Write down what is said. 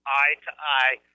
eye-to-eye